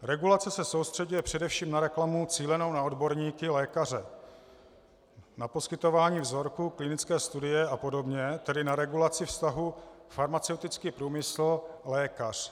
Regulace se soustřeďuje především na reklamu cílenou na odborníky lékaře, na poskytování vzorků, klinické studie a podobně, tedy na regulaci vztahu farmaceutický průmysl lékař.